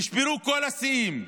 נשברו כל השיאים,